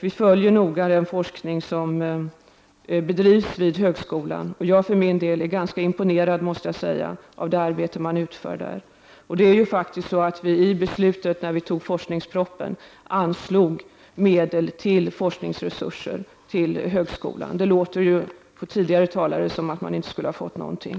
Vi följer noga den forskning som bedrivs vid högskolan. Jag måste säga att jag för min del är ganska imponerad av det arbete som man där utför. När vi antog forskningspropositionen anslog vi faktiskt medel till forskningresurser för högskolan. Det har på tidigare talare låtit som om man inte hade fått någonting.